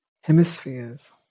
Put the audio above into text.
hemispheres